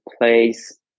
place